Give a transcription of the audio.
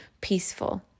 peaceful